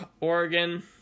Oregon